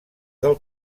del